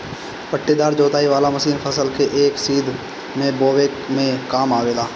पट्टीदार जोताई वाला मशीन फसल के एक सीध में बोवे में काम आवेला